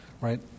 right